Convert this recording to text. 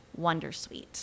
wondersuite